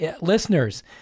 listeners